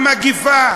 המגפה,